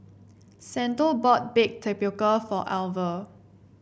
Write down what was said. Santo bought Baked Tapioca for Alver